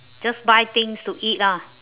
just buy things to eat lah